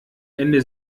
ende